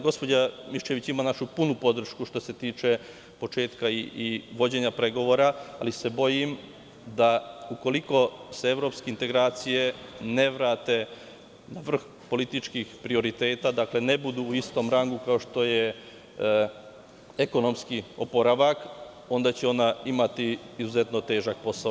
Gospođa Miščević ima našu punu podršku što se tiče početka i vođenja pregovora, ali se bojim da ukoliko se evropske integracije ne vrate u vrh političkih prioriteta, dakle, ne budu u istom rangu kao što je ekonomski oporavak, onda će ona imati izuzetno težak posao.